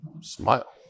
smile